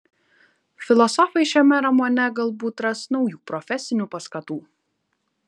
filosofai šiame romane galbūt ras naujų profesinių paskatų